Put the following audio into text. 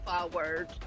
forward